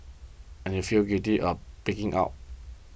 and you feel guilty of pigging out